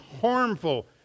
harmful